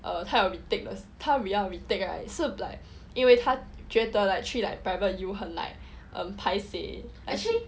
uh 他要 retake 他要 retake right 是 like 因为她觉得 like 去 like private U 很 like um paiseh